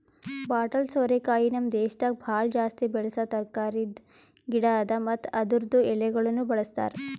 bottle ಸೋರೆಕಾಯಿ ನಮ್ ದೇಶದಾಗ್ ಭಾಳ ಜಾಸ್ತಿ ಬೆಳಸಾ ತರಕಾರಿದ್ ಗಿಡ ಅದಾ ಮತ್ತ ಅದುರ್ದು ಎಳಿಗೊಳನು ಬಳ್ಸತಾರ್